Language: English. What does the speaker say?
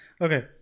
Okay